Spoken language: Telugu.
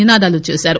నినాదాలు చేశారు